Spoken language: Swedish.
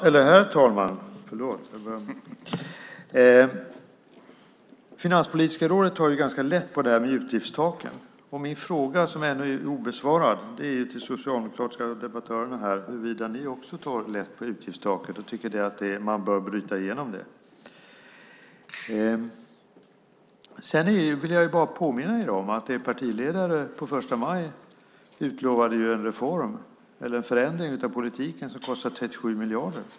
Herr talman! Finanspolitiska rådet tar ganska lätt på det här med utgiftstaket. Och min fråga, som ännu är obesvarad, till er socialdemokratiska debattörer här är huruvida ni också tar lätt på utgiftstaket och tycker att man bör bryta igenom det. Sedan vill jag bara påminna er om att er partiledare på första maj utlovade en reform eller en förändring av politiken som kostar 37 miljarder.